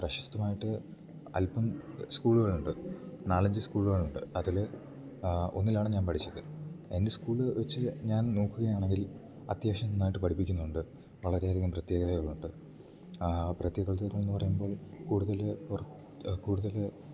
പ്രശസ്തമായിട്ട് അൽപ്പം സ്കൂള്കളൊണ്ട് നാലഞ്ച് സ്കൂള്കളൊണ്ട് അതില് ഒന്നിലാണ് ഞാമ്പടിച്ചത് എൻറ്റെ സ്കൂള് വെച്ച് ഞാൻ നോക്കുകയാണെങ്കിൽ അത്യാവശ്യം നന്നായിട്ട് പഠിപ്പിക്കുന്നുണ്ട് വളരെയധികം പ്രത്യേകതകക് ഉണ്ട് പ്രത്യുകൾതൾന്ന് പറയുമ്പോൾ കൂട്തൽ കൂട്തൽ